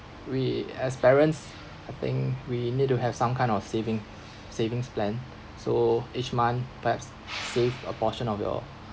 we as parents I think we need to have some kind of saving savings plan so each month perhaps save a portion of your